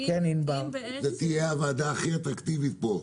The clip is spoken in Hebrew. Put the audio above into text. זו תהיה הוועדה הכי אטרקטיבית פה.